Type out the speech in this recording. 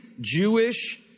Jewish